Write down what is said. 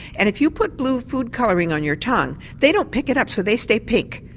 and if you put blue food colouring on your tongue they don't pick it up so they stay pink.